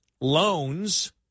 loans